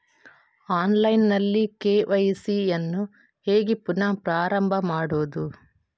Online ನಲ್ಲಿ KYC ಯನ್ನು ಹೇಗೆ ಪುನಃ ಪ್ರಾರಂಭ ಮಾಡುವುದು?